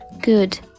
good